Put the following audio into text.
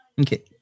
Okay